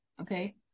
okay